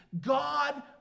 God